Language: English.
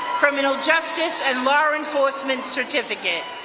criminal justice and law enforcement certificate.